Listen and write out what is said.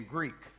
Greek